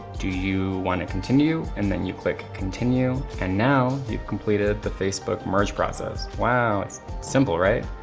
do you wanna continue? and then you click continue and now you've completed the facebook merge process. wow, it's simple right?